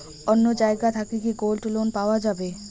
অন্য জায়গা থাকি কি গোল্ড লোন পাওয়া যাবে?